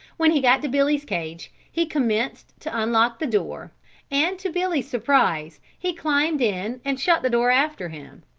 when he got to billy's cage he commenced to unlock the door and to billy's surprise he climbed in and shut the door after him.